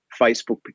Facebook